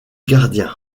gardiens